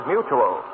Mutual